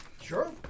Sure